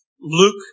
Luke